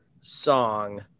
song